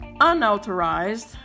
unauthorized